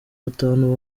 batanu